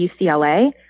UCLA